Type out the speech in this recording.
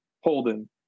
Holden